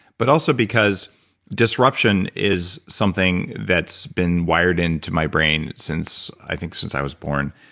but also because disruption is something that's been wired into my brain since. i think since i was born.